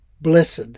Blessed